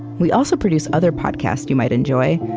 we also produce other podcasts you might enjoy,